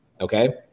Okay